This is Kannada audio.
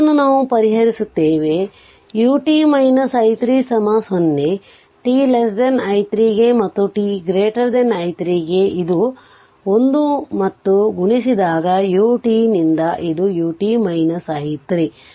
ಇದನ್ನು ನಾವು ಪರಿಹರಿಸುತ್ತೇವೆ ut i 3 0 t i 3 ಗೆ ಮತ್ತು t i 3 ಗೆ ಇದು 1 ಮತ್ತು ಗುಣಿಸಿದಾಗ ut ನಿಂದ ಇದು u t i3